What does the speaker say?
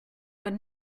but